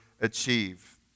achieve